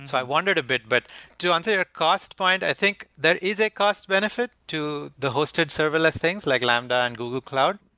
so i wandered a bit, but to and answer cost point, i think there is a cost benefit to the hosted serverless things, like lambda and google cloud,